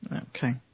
Okay